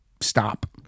stop